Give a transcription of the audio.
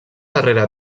darrera